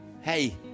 hey